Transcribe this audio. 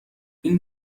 این